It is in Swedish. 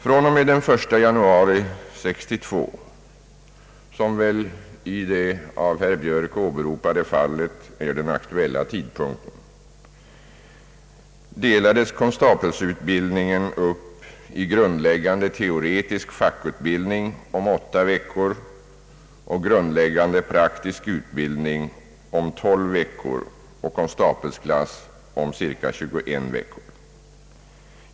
fr.o.m. den 1 januari 1962, som väl i det av herr Björk åberopade fallet är den aktuella tidpunkten, delades konstapelutbildningen upp i grundläggande teoretisk fackutbildning om åtta veckor och grundläggande praktisk utbildning om tolv veckor samt konstapelklass om cirka 21 veckor.